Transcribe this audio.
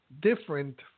different